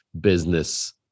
business